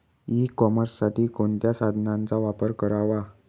E कॉमर्ससाठी कोणत्या साधनांचा वापर करावा?